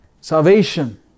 salvation